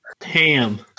Ham